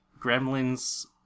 gremlins